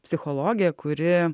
psichologė kuri